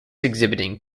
exhibiting